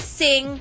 sing